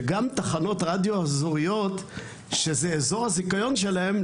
שגם תחנות רדיו אזוריות שזה אזור הזיכיון שלהן,